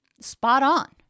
spot-on